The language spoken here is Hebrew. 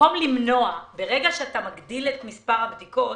ברגע שאתה מגדיל את מספר הבדיקות,